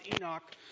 Enoch